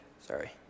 Sorry